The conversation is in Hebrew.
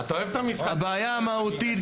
הבעיה המהותית,